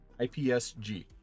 IPSG